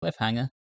Cliffhanger